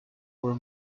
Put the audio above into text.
were